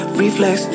reflex